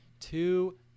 two